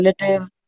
relative